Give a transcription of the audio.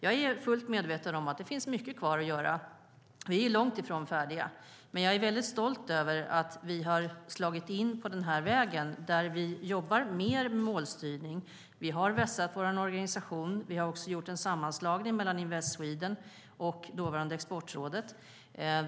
Jag är fullt medveten om att det finns mycket kvar att göra. Vi är långt ifrån färdiga. Men jag är väldigt stolt över att vi har slagit in på den här vägen där vi jobbar mer med målstyrning. Vi har vässat vår organisation och gjort en sammanslagning mellan Invest Sweden och dåvarande Exportrådet.